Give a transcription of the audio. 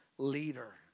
leader